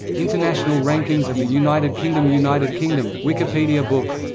international rankings of the united kingdom united kingdom wikipedia book